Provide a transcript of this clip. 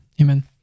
amen